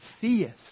theist